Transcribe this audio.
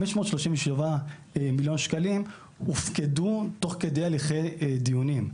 537 מיליון שקלים הופקדו תוך כדי הליכי דיונים.